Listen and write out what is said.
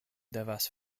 devas